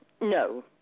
No